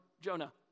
Jonah